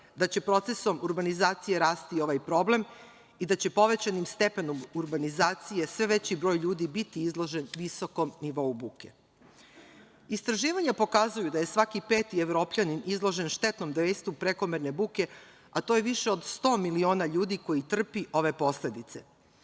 da će procesom urbanizacije rasti i ovaj problem i da će povećanim stepenom urbanizacije sve veći broj ljudi biti izložen visokom nivou buke. Istraživanja pokazuju da je svaki peti Evropljanin izložen štetnom dejstvu prekomerne buke, a to je više od 100 miliona ljudi koji trpi ove posledice.